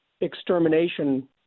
extermination